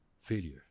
failure